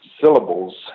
syllables